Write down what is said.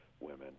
women